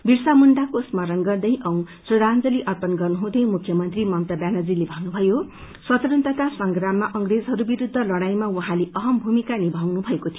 विरसार मुण्डाको स्मरण गदै औ श्रेद्धांजली अर्पण गर्नुहुँदै मुख्यमन्त्री ममता व्यानजीते भन्नुथयो स्वतंत्रता संग्राममा अंग्रेजहरूविरूद्ध लडाइमा उहाँले अहम भूमिका निभाउन भएको थियो